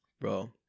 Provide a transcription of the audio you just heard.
Bro